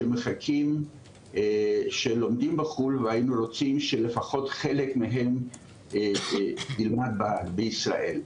שמחקים ולומדים בחו"ל והיינו רוצים שלפחות חלק מהם ילמד בישראל.